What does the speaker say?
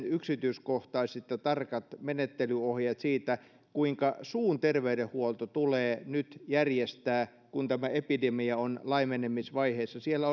yksityiskohtaiset ja tarkat menettelyohjeet siitä kuinka suun terveydenhuolto tulee järjestää nyt kun tämä epidemia on laimenemisvaiheessa siellä